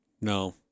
No